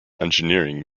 engineering